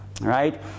right